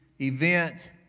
event